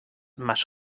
más